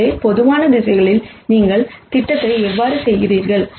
எனவே general direction நீங்கள் projection எவ்வாறு செய்கிறீர்கள்